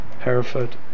Hereford